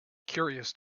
curious